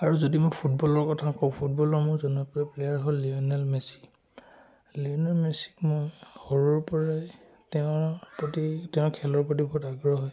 আৰু যদি মই ফুটবলৰ কথা কওঁ ফুটবলৰ মোৰ জনপ্ৰিয় প্লেয়াৰ হ'ল লিঅ'নেল মেছি লিঅ'নেল মেছিক মই সৰুৰ পৰাই তেওঁৰ প্ৰতি তেওঁ খেলৰ প্ৰতি বহুত আগ্ৰহী